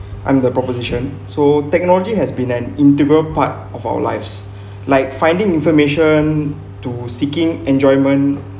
and the proposition so technology has been an integral part of our lives like finding information to seeking enjoyment